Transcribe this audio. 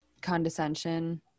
condescension